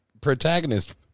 protagonist